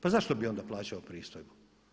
Pa zašto bi onda plaćao pristojbu?